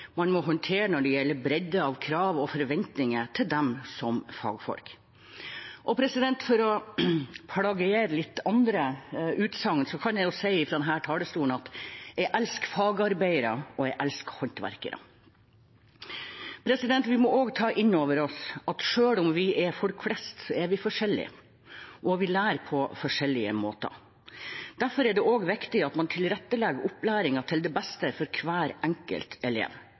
man må håndtere som gjelder bredden av krav og forventninger til dem som fagfolk. Og for å plagiere andre utsagn kan jeg si fra denne talerstolen at jeg elsker fagarbeidere, og jeg elsker håndverkere. Vi må også ta inn over oss at selv om vi er folk flest, er vi forskjellige, og vi lærer på forskjellige måter. Derfor er det også viktig at man tilrettelegger opplæringen til det beste for hver enkelt elev.